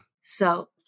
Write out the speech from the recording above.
So-